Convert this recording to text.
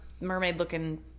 mermaid-looking